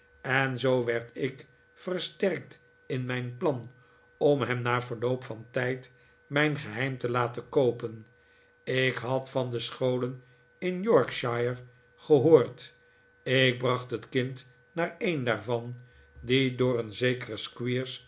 en zoo werd ik versterkt in mijn plan om hem na verloop van tijd mijn geheim te laten koopen ik had van de scholen in yorkshire gehoord ik bracht het kind naar een daarvan die door een zekeren